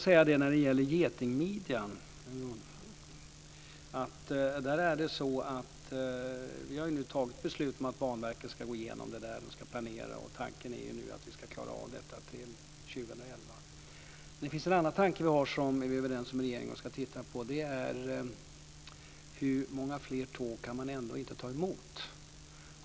När det gäller getingmidjan kan jag säga att vi nu har tagit beslut om att Banverket ska gå igenom det och planera, och tanken är att vi ska klara av det till Det finns en annan tanke som vi har i regeringen som vi är överens om och ska titta på, och det är hur många fler tåg man kan ta emot.